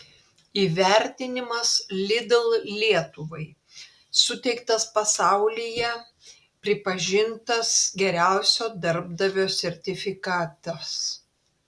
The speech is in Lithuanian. įvertinimas lidl lietuvai suteiktas pasaulyje pripažintas geriausio darbdavio sertifikatas